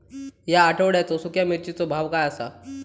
या आठवड्याचो सुख्या मिर्चीचो भाव काय आसा?